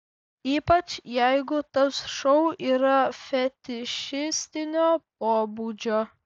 ypač jeigu tas šou yra fetišistinio pobūdžio